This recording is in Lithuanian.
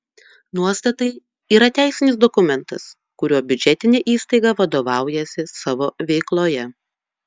nuostatai yra teisinis dokumentas kuriuo biudžetinė įstaiga vadovaujasi savo veikloje